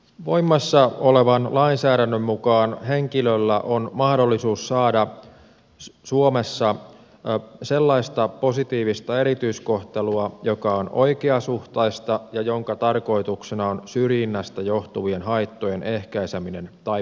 voimassa olevan lainsäädännön mukaan henkilöllä on mahdollisuus saada suomessa sellaista positiivista erityiskohtelua joka on oikeasuhtaista ja jonka tarkoituksena on syrjinnästä johtuvien haittojen ehkäiseminen tai poistaminen